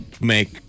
make